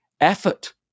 effort